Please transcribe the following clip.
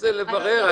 איזה לברר?